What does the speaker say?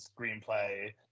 screenplay